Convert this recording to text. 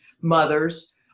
mothers